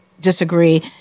disagree